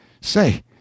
Say